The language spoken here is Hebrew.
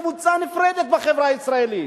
הם לא מבקשים להיות קבוצה נפרדת בחברה הישראלית.